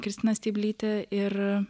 kristina steiblytė ir